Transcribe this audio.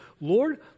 Lord